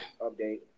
update